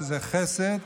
שזה חסד,